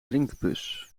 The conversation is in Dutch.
drinkbus